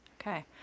okay